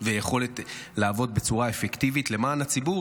ויכולת לעבוד בצורה אפקטיבית למען הציבור,